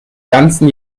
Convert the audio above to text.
ganzen